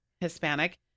Hispanic